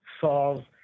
solve